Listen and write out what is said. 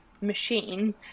machine